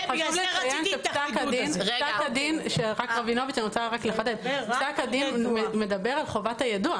חשוב לציין שפסק דין רבינוביץ' מדבר על חובת היידוע.